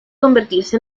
convertirse